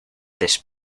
this